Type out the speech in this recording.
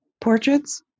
portraits